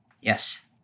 Yes